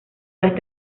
las